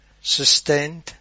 sustained